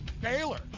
Baylor